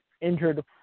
injured